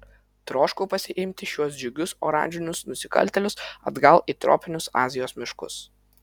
troškau pasiimti šiuos džiugius oranžinius nusikaltėlius atgal į tropinius azijos miškus